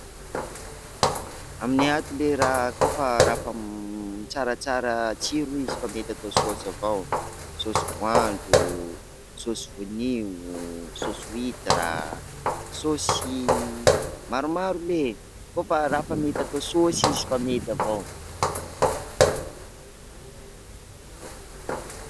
Aminay ato ley raha koa fa raha m- tsaratsara tsiro izy efa mety atao saosy avao, saosy voanjo, saosy voanio, saosy huitre, saosy- maromaro ley, koa fa raha efa mety saosy izy efa mety avao.